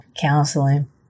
counseling